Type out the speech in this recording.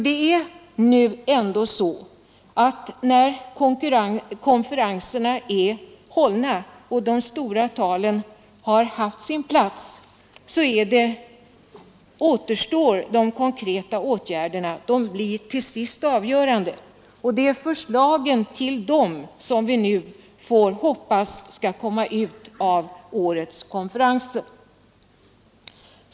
Det är nu en gång så, att när konferenserna är hållna och de stora talen har haft sin plats, så återstår de konkreta åtgärderna. Det är de som till sist är avgörande. Och det är förslagen till dem som vi hoppas nu skall ta form vid årets konferenser.